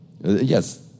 Yes